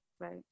right